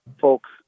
folks